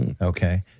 Okay